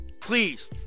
Please